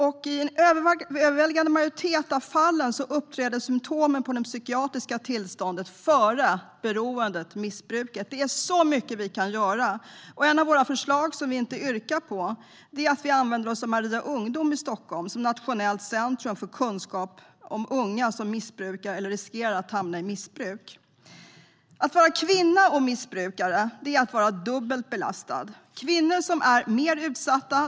I en överväldigande majoritet av fallen uppträder symtomen på det psykiatriska tillståndet före missbruket och beroendet. Det finns mycket som vi kan göra. Ett av de förslag som vi inte yrkar bifall till är att vi använder Maria Ungdom i Stockholm som nationellt centrum för kunskap om unga som missbrukar eller riskerar att hamna i missbruk. Att vara kvinna och missbrukare är att vara dubbelt belastad. Kvinnor är mer utsatta.